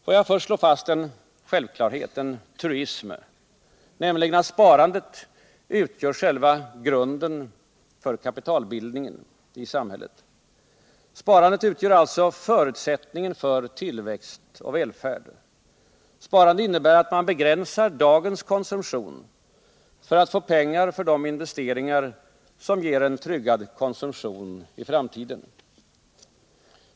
Får jag först slå fast en självklarhet, en truism, nämligen att sparandet utgör själva grunden för kapitalbildningen i samhället. Sparandet utgör alltså förutsättningen för tillväxt och välfärd. Sparandet innebär att man begränsar dagens konsumtion för att få pengar till de investeringar som ger en tryggad konsumtion i framtiden.